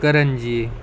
करंजी